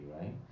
right